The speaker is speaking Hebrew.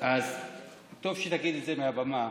אז טוב שתגיד את זה מהבמה,